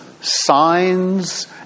signs